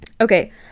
Okay